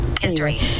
history